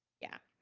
yeah,